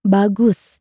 Bagus